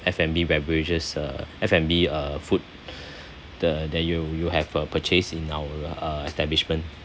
F&B beverages uh F&B uh food the that you you have uh purchase in our uh establishment